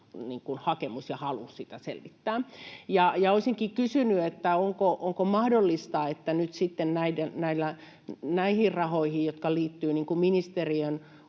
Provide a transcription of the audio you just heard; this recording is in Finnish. hakemus ja halu sitä selvittää. Olisinkin kysynyt, onko mahdollista, että nyt sitten näihin rahoihin, jotka liittyvät ministeriöiden